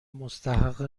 مستحق